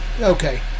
Okay